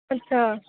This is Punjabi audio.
ਅੱਛਾ